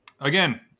again